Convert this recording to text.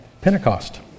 Pentecost